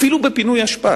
אפילו בפינוי אשפה,